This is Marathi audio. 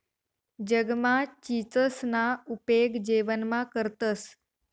जगमा चीचसना उपेग जेवणमा करतंस